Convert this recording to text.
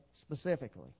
specifically